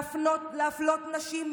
להפלות נשים,